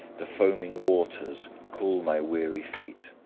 the foaming waters cool my weary feet,